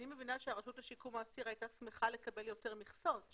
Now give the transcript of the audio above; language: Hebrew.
אני מבינה שהרשות לשיקום האסיר הייתה שמחה לקבל יותר מכסות.